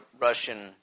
Russian